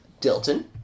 Dilton